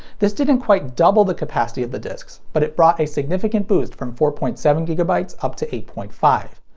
this didn't quite double the capacity of the discs, but it brought a significant boost from four point seven gigabytes up to eight point five.